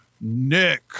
Nick